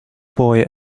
boy